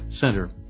Center